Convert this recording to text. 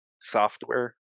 software